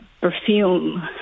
perfume